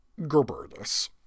Gerbertus